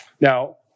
Now